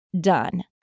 done